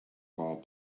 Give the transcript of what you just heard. ball